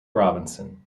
robinson